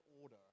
order